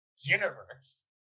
universe